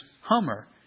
Hummer